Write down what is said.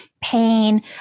pain